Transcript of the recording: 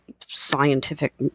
scientific